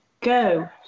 Go